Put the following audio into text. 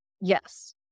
Yes